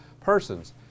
persons